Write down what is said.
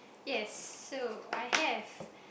yes so I have